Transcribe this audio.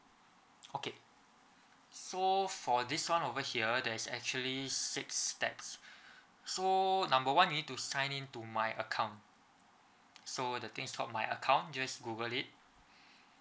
okay so for this one over here there is actually six steps so number one you need to sign in to my account so the things for my account just google it